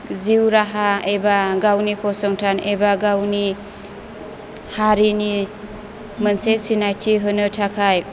जिउ राहा एबा गावनि फसंथान एबा गावनि हारिनि मोनसे सिनायथि होनो थाखाय